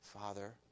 Father